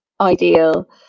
ideal